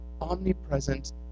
omnipresent